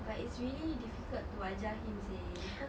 but it's really difficult to ajar him seh cause